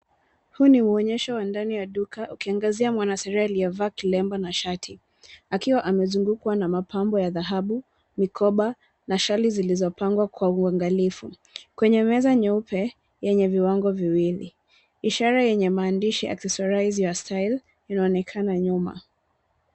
Huu ni uonyesho wa ndani ya duka ukiangazia mwanaseria aliyevaa kilemba na shati akiwa amezungukwa na mapambo ya dhahabu, mikoba na shali zilizopangwa kwa uangalifu kwenye meza nyeupe yenye viwango viwili. Ishara yenye maandishi ACCESSORIZE your style inaonekana nyuma.